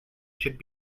should